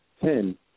Ten